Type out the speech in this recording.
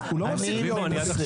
הוא לא מפסיק להיות פוליטי.